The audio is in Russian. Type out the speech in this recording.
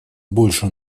больше